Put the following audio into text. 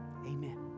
Amen